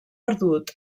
perdut